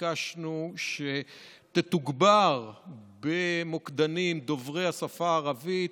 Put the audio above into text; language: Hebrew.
ביקשנו שתתוגבר במוקדנים דוברי השפה הערבית,